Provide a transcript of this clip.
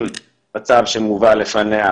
מהם אנשים שיהיו מעורבים בפשע אלים,